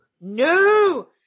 no